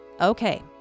Okay